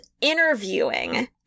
interviewing